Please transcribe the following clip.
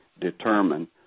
determine